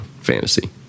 fantasy